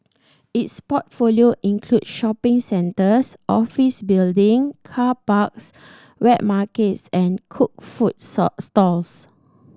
its portfolio includes shopping centres office building car parks wet markets and cooked food stalls